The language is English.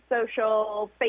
social